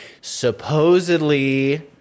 supposedly